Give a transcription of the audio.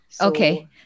Okay